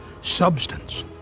substance